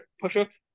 push-ups